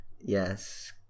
Yes